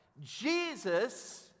Jesus